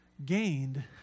gained